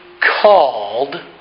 called